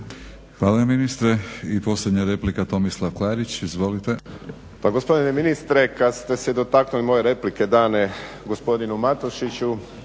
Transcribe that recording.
Hvala ministre. I posljednja replika Tomislav Klarić. Izvolite.